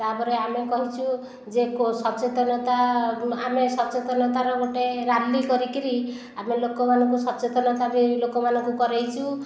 ତାପରେ ଆମେ କହିଛୁ ଯେ ସଚେତନତା ଆମେ ସଚେତନତାର ଗୋଟିଏ ରାଲି କରିକି ଆମେ ଲୋକମାନଙ୍କୁ ସଚେତନତା ବି ଲୋକମାନଙ୍କୁ କରାଇଛୁ